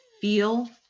feel